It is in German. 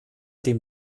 dem